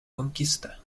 conquista